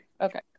okay